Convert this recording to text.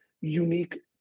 unique